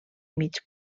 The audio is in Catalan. mig